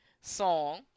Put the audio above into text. song